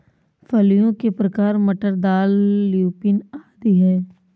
फलियों के प्रकार मटर, दाल, ल्यूपिन आदि हैं